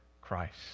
Christ